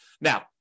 Now